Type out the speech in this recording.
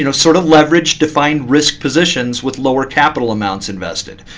you know sort of leveraged defined risk positions with lower capital amounts invested.